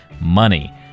money